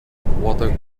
water